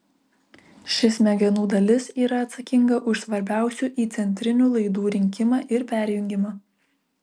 ši smegenų dalis yra atsakinga už svarbiausių įcentrinių laidų rinkimą ir perjungimą